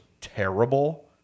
terrible